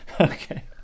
Okay